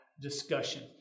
discussion